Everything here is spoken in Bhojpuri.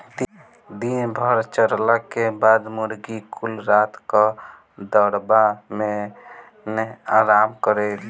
दिन भर चरला के बाद मुर्गी कुल रात क दड़बा मेन आराम करेलिन